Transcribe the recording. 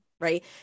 Right